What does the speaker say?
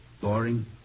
boring